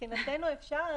מבחינתנו אפשר,